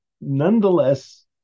nonetheless